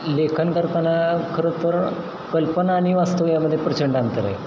लेखन करताना खरं तर कल्पना आणि वास्तव यामध्ये प्रचंड अंतर आहे